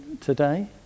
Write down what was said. today